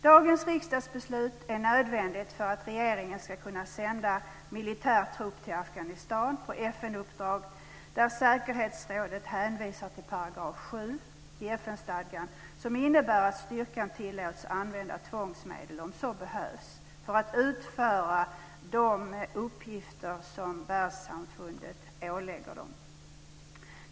Dagens riksdagsbeslut är nödvändigt för att regeringen ska kunna sända en militär trupp till Afghanistan på FN-uppdrag där säkerhetsrådet hänvisar till § 7 i FN-stadgan, som innebär att styrkan tillåts använda tvångsmedel om så behövs för att utföra de uppgifter som världssamfundet ålägger den.